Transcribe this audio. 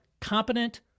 competent